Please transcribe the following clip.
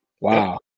Wow